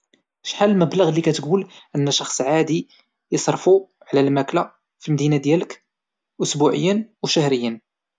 شحال المبلغ اللي كتقول انك شخص عادي يصرفوا على الماكلة فالمدينة ديالك أسبوعيا وشهريًا؟